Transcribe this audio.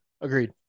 Agreed